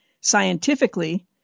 scientifically